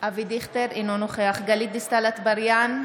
אינו נוכח גלית דיסטל אטבריאן,